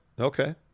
Okay